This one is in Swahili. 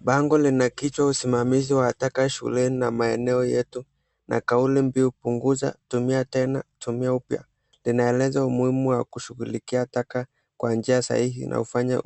Bango lina kichwa, usimamizi wa taka taka shuleni na maeneo yeto, na kauli mbinu kupunguza, tumia tena, tumia upya, inaeleza umuhimu wa kushughulikia taka kwa njia sahihi na kufanya